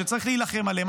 שצריך להילחם עליהם,